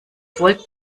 volt